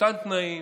אותם תנאים,